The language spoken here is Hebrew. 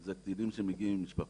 אלה קטינים שמגיעים עם משפחות,